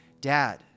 Dad